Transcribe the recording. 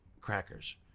Crackers